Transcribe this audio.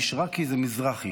מישרקי זה מזרחי.